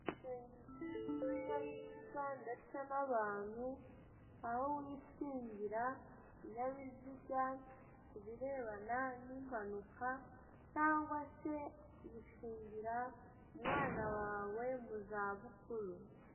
Ubwishingizi bw'ibinyabiziga ndetse n'abantu, aho wishingira ikinyabiziga kubirebana n'impanuka cyangwa se ukishingira umwana wawe muzabukuru.